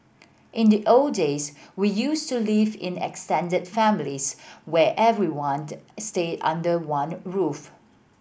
in the old days we used to live in extended families where everyone stayed under one roof